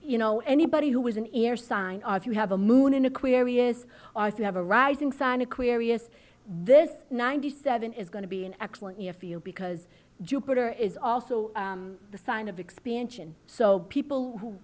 you know anybody who was an air sign or if you have a moon in aquarius or if you have a rising sign aquarius this ninety seven is going to be an excellent view because jupiter is also a sign of expansion so people who